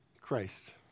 Christ